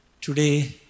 today